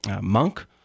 monk